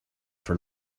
for